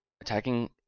attacking